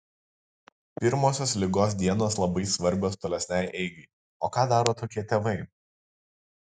pirmosios ligos dienos labai svarbios tolesnei eigai o ką daro tokie tėvai